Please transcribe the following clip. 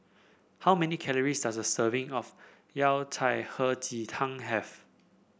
how many calories does a serving of Yao Cai Hei Ji Tang have